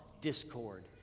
discord